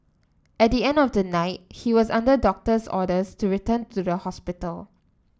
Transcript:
at the end of the night he was under doctor's orders to return to the hospital